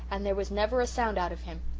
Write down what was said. and there was never a sound out of him.